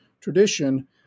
tradition